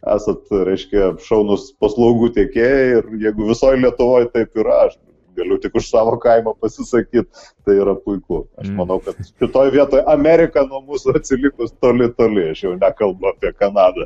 esat reiškia šaunūs paslaugų tiekėjai ir jeigu visoj lietuvoj taip yra aš galiu tik už savo kaimą pasisakyt tai yra puiku aš manau kad kitoj vietoj amerik nuo mūsų atsilikus toli toli aš jau nekalbu apie kanadą